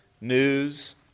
news